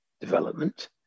development